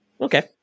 Okay